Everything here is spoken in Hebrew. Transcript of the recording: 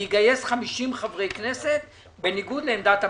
אני אגייס 50 חברי כנסת, בניגוד לעמדת הממשלה.